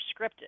scripted